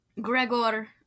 Gregor